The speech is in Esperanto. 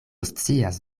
scias